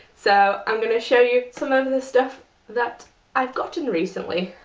so i'm going to show you some of the stuff that i've gotten recently.